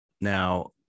Now